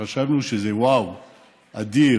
שחשבנו שזה וואו, אדיר,